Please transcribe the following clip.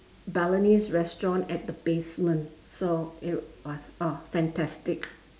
Balinese restaurant at the basement so it was uh fantastic